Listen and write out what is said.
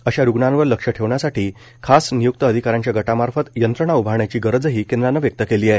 अशा रुग्णांवर लक्ष ठेवण्यासाठी खास निय्क्त अधिकाऱ्याच्या गटामार्फत यंत्रणा उभारण्याची गरजही केंद्रानं व्यक्त केलीय